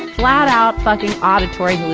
flat out fucking auditory